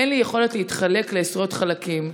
אין לי יכולת להתחלק לעשרות חלקים.